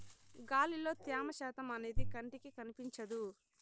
గాలిలో త్యమ శాతం అనేది కంటికి కనిపించదు